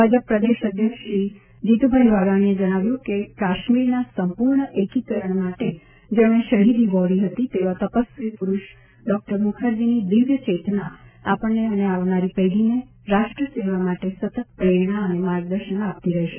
ભાજપ પ્રદેશ અધ્યક્ષ શ્રી જીતુભાઈ વાઘાણીએ જણાવ્યું છે કે કાશ્મીરના સંપૂર્ણ એકીકરણ માટે જેમણે શહીદી વહોરી હતી તેવા તપસ્વી પુરૂષ ડોક્ટર મુખરજીની દિવ્યચેતના આપણને અને આવનારી પેઢીને રાષ્ટ્રસેવા માટે સતત પ્રેરણા અને માર્ગદર્શન આપતી રહેશે